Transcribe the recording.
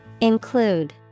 Include